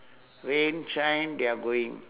rain shine they are going